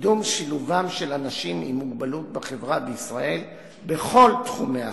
קידום שילובם של אנשים עם מוגבלות בחברה בישראל בכל תחומי החיים.